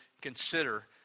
consider